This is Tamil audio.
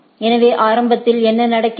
எனவே ஆரம்பத்தில் என்ன நடக்கிறது